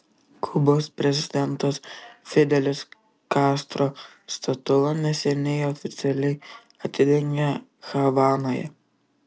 kubos prezidentas fidelis kastro statulą neseniai oficialiai atidengė havanoje